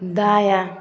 दायाँ